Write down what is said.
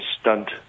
stunt